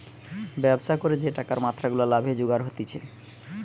ব্যবসা করে যে টাকার মাত্রা গুলা লাভে জুগার হতিছে